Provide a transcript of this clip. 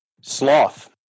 Sloth